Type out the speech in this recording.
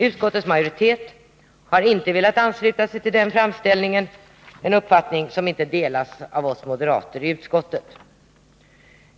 Utskottets majoritet har inte velat ansluta sig till denna framställning, en uppfattning som inte delas av moderaterna i utskottet.